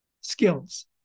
skills